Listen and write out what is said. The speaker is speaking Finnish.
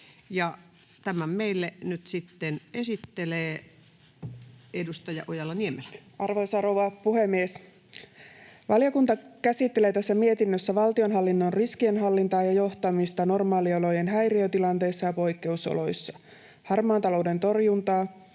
Tämän esittelee meille edustaja Ojala-Niemelä. Arvoisa rouva puhemies! Valiokunta käsittelee tässä mietinnössä valtionhallinnon riskienhallintaa ja johtamista normaaliolojen häiriötilanteissa ja poikkeusoloissa, harmaan talouden torjuntaa,